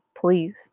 please